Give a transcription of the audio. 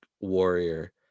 warrior